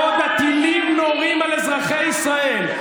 בעוד הטילים נורים על אזרחי ישראל,